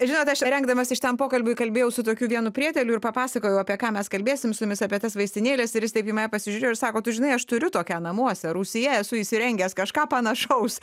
žinot aš rengdamasi šitam pokalbiui kalbėjau su tokiu vienu prieteliu ir papasakojau apie ką mes kalbėsim su jumis apie tas vaistinėles ir jis taip į mane pasižiūrėjo ir sako tu žinai aš turiu tokią namuose rūsyje esu įsirengęs kažką panašaus